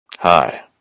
Hi